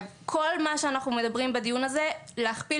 כל מה שאנחנו מדברים בדיון הזה להכפיל